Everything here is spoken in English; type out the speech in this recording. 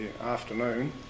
afternoon